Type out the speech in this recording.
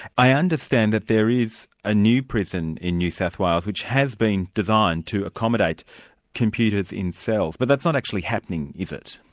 i understand that there is a new prison in new south wales which has been designed to accommodate computers in cells. but that's not actually happening, is it?